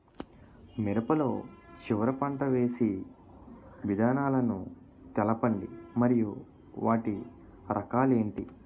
మిరప లో చివర పంట వేసి విధానాలను తెలపండి మరియు వాటి రకాలు ఏంటి